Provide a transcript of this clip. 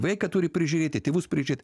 vaiką turi prižiūrėti tėvus prižiūrėt